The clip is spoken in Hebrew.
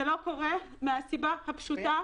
זה לא קורה מהסיבה הפשוטה